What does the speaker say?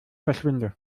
verschwinde